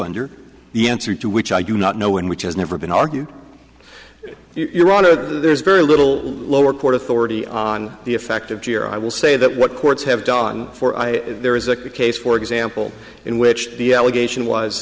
under the answer to which i do not know in which has never been argued your honor there's very little lower court authority on the effect of gere i will say that what courts have done for i there is a case for example in which the allegation was